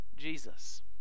Jesus